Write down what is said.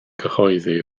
gyhoeddi